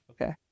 Okay